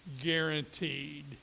guaranteed